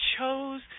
chose